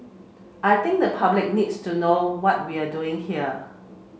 I think the public needs to know what we're doing here